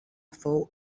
fou